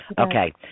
Okay